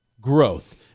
growth